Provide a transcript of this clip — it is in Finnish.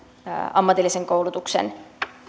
ammatillisen koulutuksen